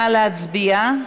נא להצביע.